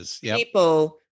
people